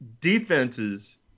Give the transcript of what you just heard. defenses